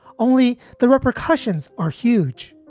only the repercussions are huge